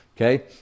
Okay